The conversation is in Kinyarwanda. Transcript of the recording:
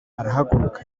arahaguruka